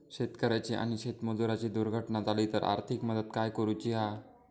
शेतकऱ्याची आणि शेतमजुराची दुर्घटना झाली तर आर्थिक मदत काय करूची हा?